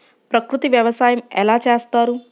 ప్రకృతి వ్యవసాయం ఎలా చేస్తారు?